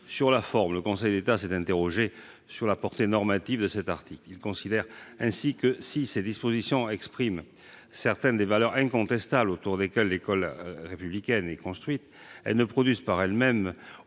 Sur la forme, le Conseil d'État s'est interrogé sur la portée normative de cet article. Il considère que, si ces dispositions expriment certaines des valeurs incontestables autour desquelles l'école républicaine est fondée, elles ne produisent par elles-mêmes